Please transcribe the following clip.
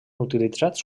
utilitzats